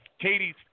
Katie's